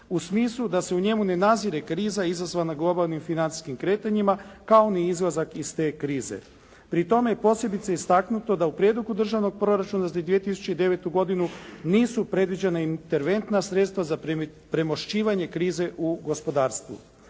u smislu da se u njemu ne nadzire kriza izazvana globalnim financijskim kretanjima, kao ni izlazak iz te krize. Pri tome je posebice istaknuto da u prijedlogu Državnog proračuna za 2009. godinu nisu predviđena interventna sredstva za premošćivanje krize u gospodarstvu.